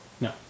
No